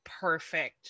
perfect